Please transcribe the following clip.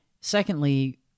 Secondly